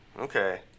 Okay